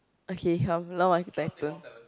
okay come now my my turn